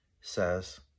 says